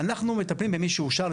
אנחנו מטפלים במי שאושר.